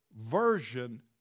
version